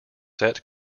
set